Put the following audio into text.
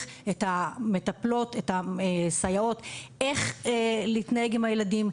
את המטפלות והסייעות איך להתנהג עם הילדים,